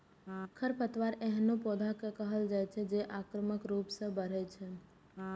खरपतवार एहनो पौधा कें कहल जाइ छै, जे आक्रामक रूप सं बढ़ै छै